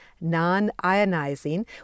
non-ionizing